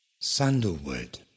Sandalwood